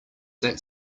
that